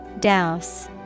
Douse